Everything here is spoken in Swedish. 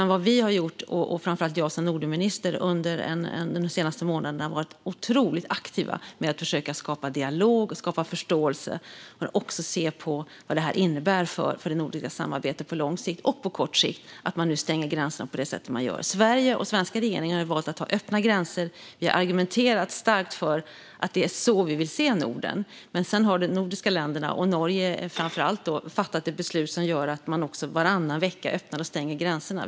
Vad vi och framför allt jag som Nordenminister har gjort de senaste månaderna är att vi varit otroligt aktiva för att försöka skapa dialog och förståelse men också se vad det innebär för det nordiska samarbetet på kort sikt och lång sikt att man stänger gränserna på det sätt man nu gör. Sverige och den svenska regeringen har valt att ha öppna gränser. Vi har argumenterat starkt för att det är så vi vill se Norden. Sedan har de nordiska länderna, framför allt Norge, fattat beslut som gör att man varannan vecka öppnar och stänger gränserna.